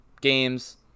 games